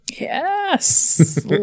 Yes